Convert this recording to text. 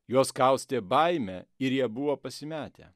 juos kaustė baimė ir jie buvo pasimetę